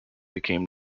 became